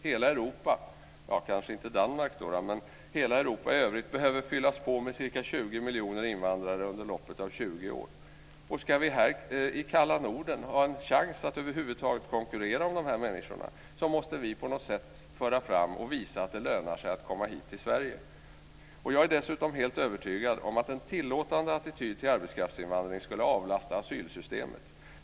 Hela Europa - kanske inte Danmark - behöver fyllas på med ca 20 miljoner invandrare under loppet av 20 år. Ska vi här i kalla Norden ha en chans att över huvud taget konkurrera om dessa människor måste vi på något sätt föra fram och visa att det lönar sig att komma till Sverige. Jag är dessutom helt övertygad om att en tillåtande attityd till arbetskraftsinvandring skulle avlasta asylsystemet.